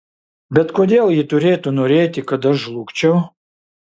bet kodėl ji turėtų norėti kad žlugčiau